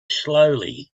slowly